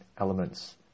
elements